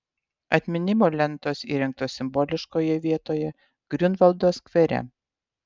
atminimo lentos įrengtos simboliškoje vietoje griunvaldo skvere